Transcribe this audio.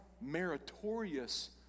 meritorious